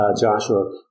Joshua